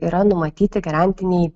yra numatyti garantiniai